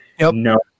no